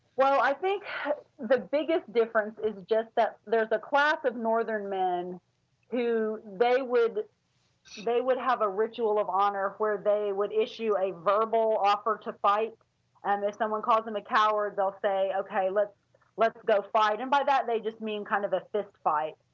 well i think the biggest difference is just that there is a class of northern men who, they would they would have a ritual of honor where they would issue a verbal offer to fight and if someone call them a coward they will say, okay, let's let's go fight. and by that they just mean kind of a fist fight.